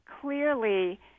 clearly